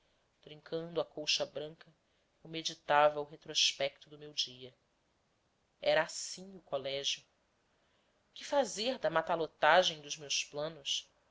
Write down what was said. trincando a colcha branca eu meditava o retrospecto do meu dia era assim o colégio que fazer da matalotagem dos meus planos